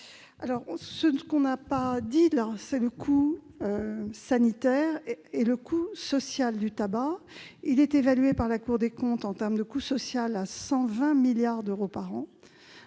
Ce que l'on n'a pas dit, c'est le coût sanitaire et le coût social du tabac. Il est évalué par la Cour des comptes en termes de coût social à 120 milliards d'euros par an,